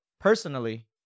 personally